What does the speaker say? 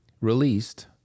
released